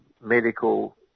medical